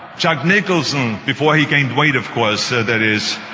jack nicholson. before he gained weight of course, ah that is.